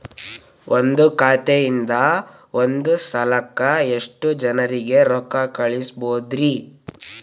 ಒಂದ್ ಖಾತೆಯಿಂದ, ಒಂದ್ ಸಲಕ್ಕ ಎಷ್ಟ ಜನರಿಗೆ ರೊಕ್ಕ ಕಳಸಬಹುದ್ರಿ?